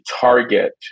target